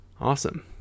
awesome